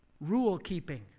rule-keeping